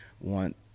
want